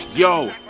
Yo